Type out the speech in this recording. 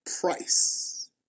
price